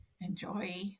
enjoy